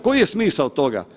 Koji je smisao toga?